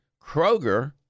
Kroger